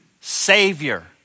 Savior